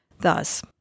Thus